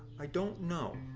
i don't know